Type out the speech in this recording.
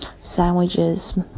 sandwiches